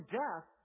death